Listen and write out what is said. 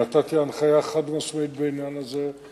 נתתי הנחיה חד-משמעית בעניין הזה.